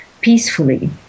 peacefully